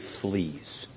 fleas